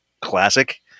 classic